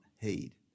heed